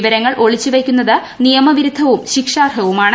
വിവരങ്ങൾ ഒളിച്ചുവയ്ക്കുന്നത് നിയമവിരുദ്ധവും ശിക്ഷാർഹവുമാണ്